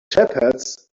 shepherds